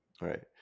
Right